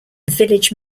village